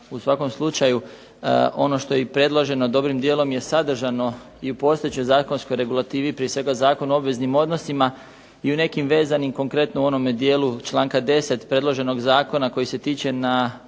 u svakom slučaju ono što je i predloženo dobrim dijelom je sadržano i u postojećoj zakonskoj regulativi prije svega Zakon o obveznim odnosima i u nekim vezanim, konkretno u onome dijelu članka 10. predloženog zakona koji se tiče na